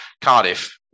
Cardiff